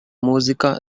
música